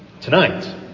tonight